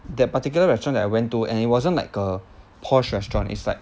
that particular restaurant that I went to and it wasn't like a posh restaurant it's like